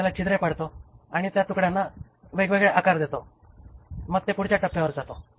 त्याला छिद्रे पाडतो त्या तुकड्यांना वेगवेगळे आकार देतो आणि मग ते पुढच्या टप्प्यावर जातो